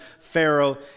Pharaoh